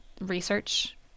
research